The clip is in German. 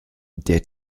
der